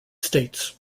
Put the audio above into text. states